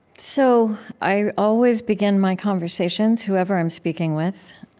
so i always begin my conversations, whoever i'm speaking with,